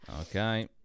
okay